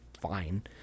fine